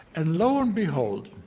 and lo and behold,